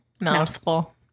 Mouthful